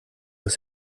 was